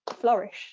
flourish